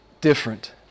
different